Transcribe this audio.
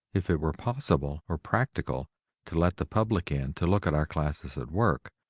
if it were possible or practical to let the public in to look at our classes at work,